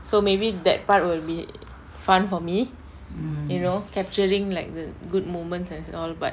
so maybe that part will be fun for me you know capturing like the good moments and all but